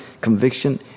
conviction